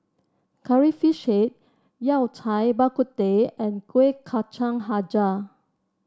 Curry Fish Head Yao Cai Bak Kut Teh and Kuih Kacang hijau